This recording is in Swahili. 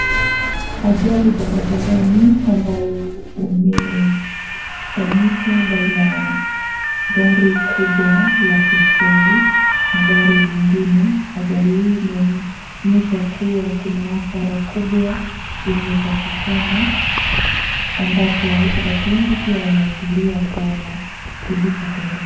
Ajali barabarani ambayo umefanyika baina ya gari kubwa la petroli na gari lingine. Ajali hii imeonyesha kuwa kuna hasara kubwa umepatikana ambapo watu wengi pia wamehudhuria kuona kilicho tendeka.